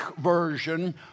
version